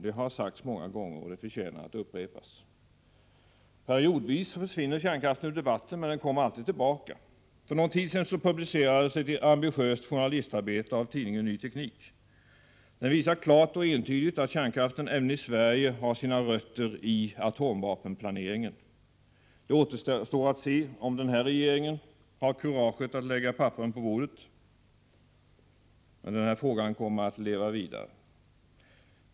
Det har sagts många gånger, och det förtjänar att upprepas. Periodvis försvinner kärnkraften från debatten, men den kommer alltid tillbaka. För någon tid sedan publicerades ett ambitiöst journalistarbete i tidningen Ny Teknik, som visade klart och entydigt att kärnkraften även i Sverige har sina rötter i atomvapenplaneringen. Det återstår att se om den här regeringen har kuraget att lägga papperen på bordet — men den här frågan kommer att leva vidare.